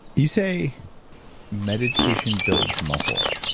you say meditation builds muscle.